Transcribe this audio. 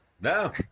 no